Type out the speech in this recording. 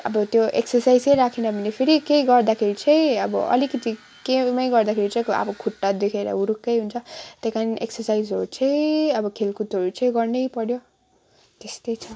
अब त्यो एक्सर्साइजै राखेन भने फेरि केही गर्दाखेरि चाहिँ अब अलिकति केही ऊ योमै गर्दाखेरि चाहिँ अब खुट्टा दुखेर हुरुक्कै हुन्छ त्यही कारण एक्सर्साइजहरू चाहिँ अब खेलकुदहरू चाहिँ गर्नै पर्यो त्यस्तै छ